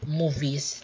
movies